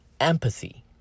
empathy